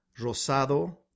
Rosado